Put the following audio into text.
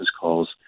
calls